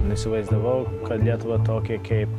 neįsivaizdavau kad lietuva tokia keip